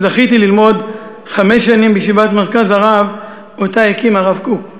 זכיתי ללמוד חמש שנים בישיבת "מרכז הרב" שאותה הקים הרב קוק.